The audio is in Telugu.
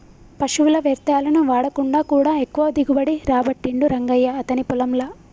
పశువుల వ్యర్ధాలను వాడకుండా కూడా ఎక్కువ దిగుబడి రాబట్టిండు రంగయ్య అతని పొలం ల